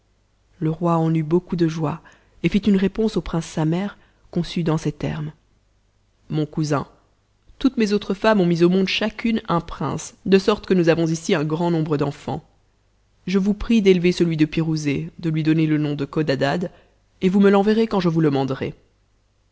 le roi en eut beaucoup de joie et fit une réponse au prince samer conçue dans ces termes mon cousin toutes mes autres femmes ont mis aussi au monde chacune un prince de sorte que nous avons ici un grand nombre d'enfants je vous prie d'élever celui de pirouzé de lui donner le nom de codadad et vous me l'enverrez quand je vous le manderai